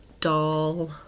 doll